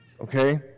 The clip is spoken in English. okay